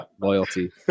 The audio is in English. loyalty